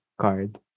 card